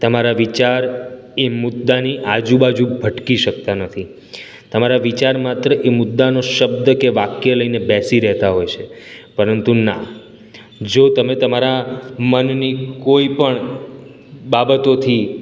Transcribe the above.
તમારા વિચાર એ મુદ્દાની આજુ બાજુ ભટકી શકતા નથી તમારા વિચાર માત્ર એ મુદ્દાનો શબ્દ કે વાક્ય લઇને બેસી રહેતા હોય છે પરંતુ ના જો તમે તમારા મનની કોઇ પણ બાબતોથી